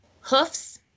hoofs